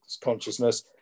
consciousness